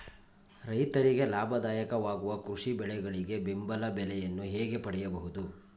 ರೈತರಿಗೆ ಲಾಭದಾಯಕ ವಾಗುವ ಕೃಷಿ ಬೆಳೆಗಳಿಗೆ ಬೆಂಬಲ ಬೆಲೆಯನ್ನು ಹೇಗೆ ಪಡೆಯಬಹುದು?